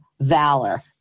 valor